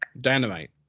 Dynamite